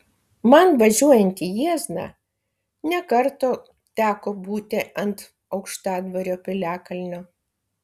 man važiuojant į jiezną ne kartą teko būti ant aukštadvario piliakalnio